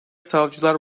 savcılar